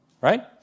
right